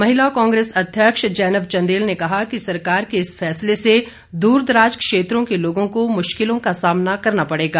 महिला कांग्रेस अध्यक्ष जैनब चंदेल ने कहा कि सरकार के इस फैसले से दूर दराज क्षेत्रों के लोगों को मुश्किलों का सामना करना पड़ेगा